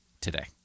today